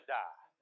die